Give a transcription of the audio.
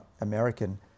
American